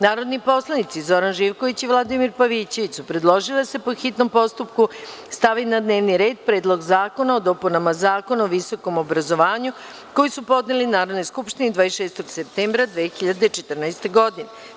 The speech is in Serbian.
Narodni poslanici Zoran Živković i Vladimir Pavićević su predložili da se, po hitnom postupku, stavi na dnevni red Predlog zakona o dopunama Zakona o visokom obrazovanju, koji su podneli Narodnoj skupštini 26. septembra 2014. godine.